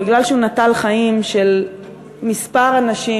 ומכיוון שהוא נטל חיים של כמה אנשים,